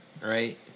right –